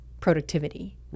productivity